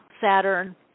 Saturn